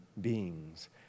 beings